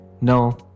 no